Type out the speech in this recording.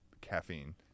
caffeine